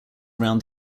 around